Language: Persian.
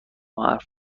حرفی